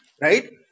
right